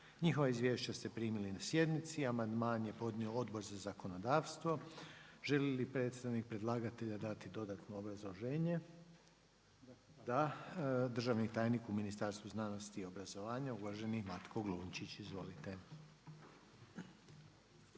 Njihova izvješća ste primili na sjednici, amandman je podnio Odbor za zakonodavstvo. Želi li predstavnik predlagatelja dati dodatno obrazloženje? Da. Državni tajnik u Ministarstvu znanosti i obrazovanja, uvaženi Matko Glunčić. Izvolite.